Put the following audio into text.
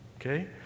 Okay